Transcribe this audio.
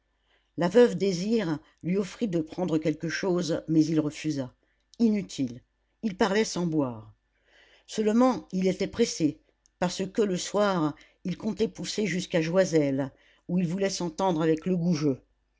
la veuve désir lui offrit de prendre quelque chose mais il refusa inutile il parlait sans boire seulement il était pressé parce que le soir il comptait pousser jusqu'à joiselle où il voulait s'entendre avec legoujeux